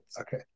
Okay